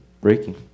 breaking